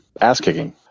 ass-kicking